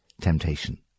temptation